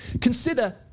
Consider